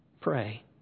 pray